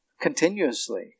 continuously